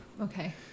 Okay